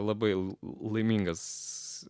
labai laimingas